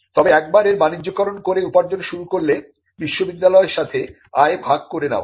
তবে একবার এর বাণিজ্যকরণ করে উপার্জন শুরু করলে বিশ্ববিদ্যালয়ের সাথে আয় ভাগ করে নেওয়া